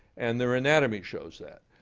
and their anatomy shows that.